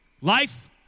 Life